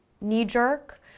knee-jerk